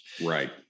Right